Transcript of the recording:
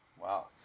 Wow